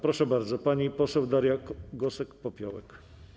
Proszę bardzo, pani poseł Daria Gosek-Popiołek.